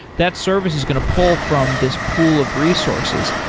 that service is going to pull from this pool of resources.